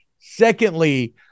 Secondly